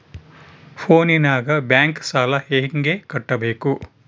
ಫೋನಿನಾಗ ಬ್ಯಾಂಕ್ ಸಾಲ ಹೆಂಗ ಕಟ್ಟಬೇಕು?